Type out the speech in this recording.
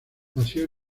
nació